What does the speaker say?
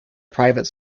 private